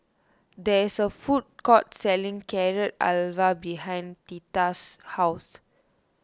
there is a food court selling Carrot Halwa behind theta's house